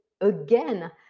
again